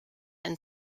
and